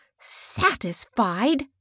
Satisfied